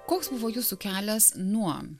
koks buvo jūsų kelias nuo